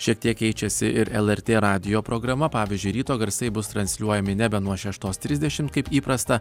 šiek tiek keičiasi ir lrt radijo programa pavyzdžiui ryto garsai bus transliuojami nebe nuo šeštos trisdešimt kaip įprasta